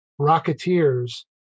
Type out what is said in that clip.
rocketeers